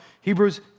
Hebrews